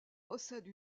possède